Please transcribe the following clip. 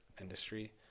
industry